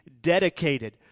dedicated